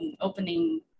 opening